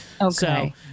Okay